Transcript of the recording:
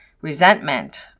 resentment